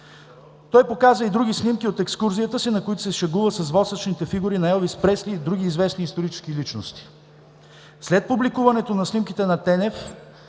Той показа и други снимки от екскурзията си, на които се шегува с восъчните фигури на Елвис Пресли и други известни исторически личности. След публикуването на снимките на Тенев,